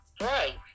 Right